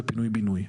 בפינוי בינוי.